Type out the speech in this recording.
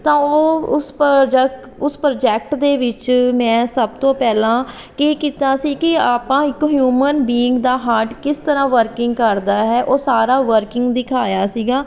ਤਾਂ ਉਹ ਉਸ ਪਰਜ ਉਸ ਪ੍ਰੋਜੈਕਟ ਦੇ ਵਿੱਚ ਮੈਂ ਸਭ ਤੋਂ ਪਹਿਲਾਂ ਕੀ ਕੀਤਾ ਸੀ ਕਿ ਆਪਾਂ ਇੱਕ ਹਿਊਮਨ ਬੀਂਗ ਦਾ ਹਾਰਟ ਕਿਸ ਤਰ੍ਹਾਂ ਵਰਕਿੰਗ ਕਰਦਾ ਹੈ ਉਹ ਸਾਰਾ ਵਰਕਿੰਗ ਦਿਖਾਇਆ ਸੀਗਾ